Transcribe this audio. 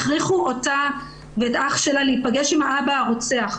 הכריחו אותה ואת אחיה להיפגש עם האב הרוצח.